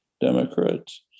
Democrats